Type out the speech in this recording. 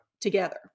together